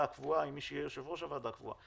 הקבועה עם מי שיהיה יושב-ראש הוועדה הקבועה